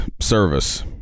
service